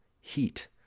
heat